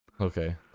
Okay